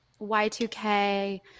Y2K